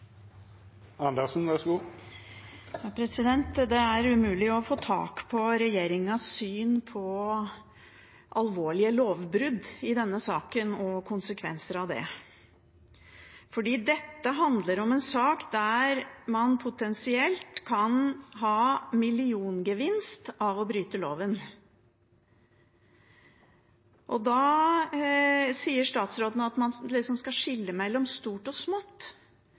Det er umulig å få tak på regjeringens syn på alvorlige lovbrudd i denne saken og konsekvenser av det – for dette handler om en sak der man potensielt kan ha milliongevinst av å bryte loven. Statsråden sier at man liksom skal skille mellom stort og smått.